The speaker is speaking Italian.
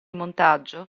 montaggio